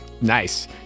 nice